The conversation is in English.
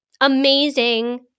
amazing